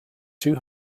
two